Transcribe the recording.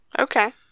Okay